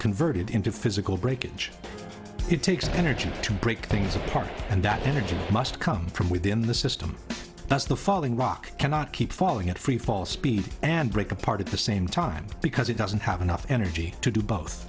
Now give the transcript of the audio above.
converted into physical breakage it takes energy to break things apart and that energy must come from within the system that's the falling rock cannot keep falling at freefall speed and break apart at the same time because it doesn't have enough energy to do both